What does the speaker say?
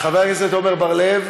חבר הכנסת עמר בר-לב,